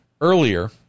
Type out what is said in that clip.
earlier